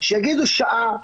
שיגידו שעה,